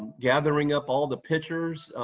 gathering up all the pictures,